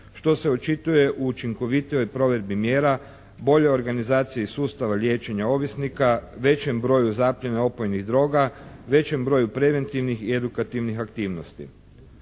što se očituje u učinkovitijom provedbi mjera, boljoj organizaciji sustava liječenja ovisnika, većem broju zaplijene opojnih droga, većem broju preventivnih i edukativnih aktivnosti.